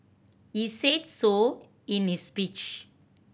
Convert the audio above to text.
he said so in his speech